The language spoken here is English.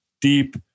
deep